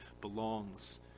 belongs